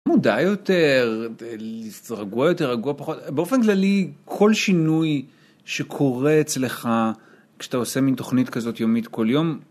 מודע יותר רגוע יותר רגוע פחות באופן כללי כל שינוי שקורה אצלך כשאתה עושה מין תוכנית כזאת יומית כל יום.